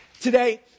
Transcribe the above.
today